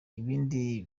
ibindi